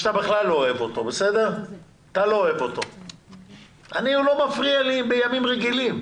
שאתה בכלל לא אוהב אותו ולי הוא לא מפריע בימים רגילים